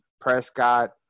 Prescott